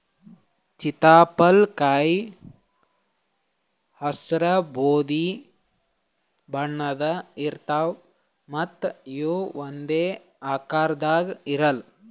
ಚಿತ್ತಪಳಕಾಯಿ ಹಸ್ರ್ ಬೂದಿ ಬಣ್ಣದ್ ಇರ್ತವ್ ಮತ್ತ್ ಇವ್ ಒಂದೇ ಆಕಾರದಾಗ್ ಇರಲ್ಲ್